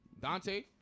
Dante